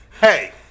Hey